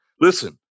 Listen